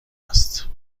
است